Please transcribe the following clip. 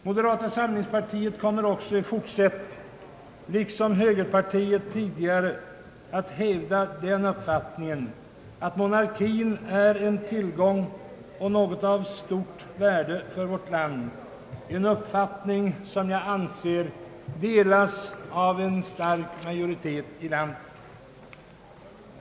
Moderata samlingspartiet kommer också i fortsättningen, liksom högerpartiet tidigare, att hävda den uppfattningen att monarkin är en tillgång och av stort värde för vårt land, en uppfattning som jag anser delas av en stark majoritet i landet.